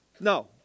No